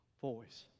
voice